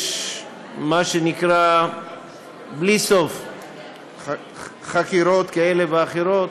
יש מה שנקרא בלי סוף חקירות כאלה ואחרות.